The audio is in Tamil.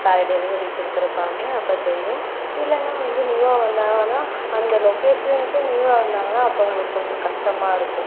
பல டெலிவரி கொடுத்துருப்பாங்க அப்போ தெரியும் இல்லைன்னா வந்து நியூவாக வந்தாங்கன்னா அந்த லொக்கேஷனுக்கே நியூவாக வந்தாங்கன்னா அப்போ அவங்களுக்கு கொஞ்சம் கஸ்டமாக இருக்கும்